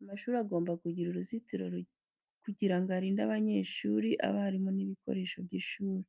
Amashuri agomba kugira uruzitiro kugira ngo arinde abanyeshuri, abarimu n'ibikoresho by'ishuri.